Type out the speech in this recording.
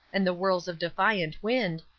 and the whirls of defiant wind,